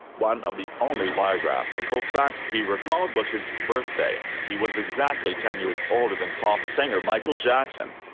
one of the only biographical facts he recalled was his birthday he was exactly ten years older than pop singer michael jackson.